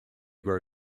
grow